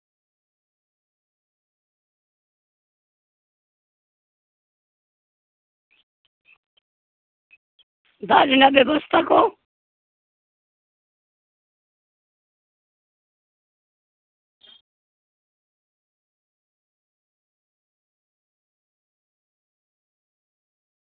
ᱫᱟᱜ ᱨᱮᱱᱟᱜ ᱵᱮᱵᱚᱥᱛᱟ ᱠᱚ